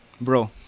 bro